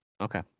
Okay